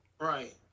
Right